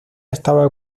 estaba